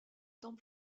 temps